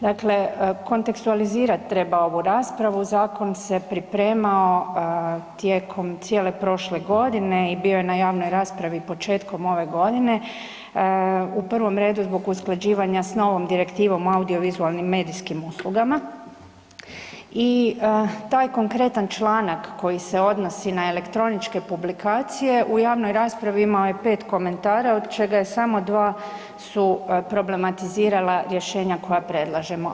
Dakle, kontekstualizirati treba ovu raspravu, zakon se pripremao tijekom cijele prošle godine i bio na javnoj raspravi početkom ove godine u prvom redu zbog usklađivanja s novom Direktivom o audiovizualnim medijskim uslugama i taj konkretan članak koji se odnosi na elektroničke publikacije u javnoj raspravi imao je pet komentara od čega su samo dva problematizirala rješenja koja predlažemo.